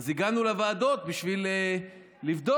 אז הגענו לוועדות בשביל לבדוק.